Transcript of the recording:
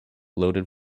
loaded